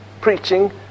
preaching